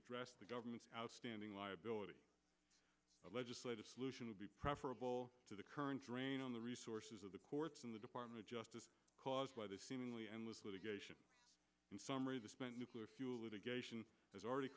address the government's outstanding liability legislative solution would be preferable to the current drain on the resources of the courts and the department of justice caused by the seemingly endless litigation in summary the spent nuclear fuel litigation has already